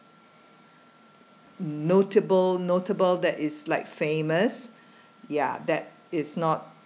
notable notable that is like famous ya that is not